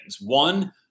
One